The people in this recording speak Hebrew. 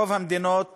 ברוב המדינות